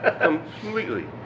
Completely